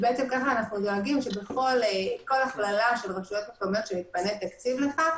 ובעצם כך אנחנו דואגים שכל הכללה של רשויות מקומיות כשמתפנה תקציב לכך